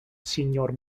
signor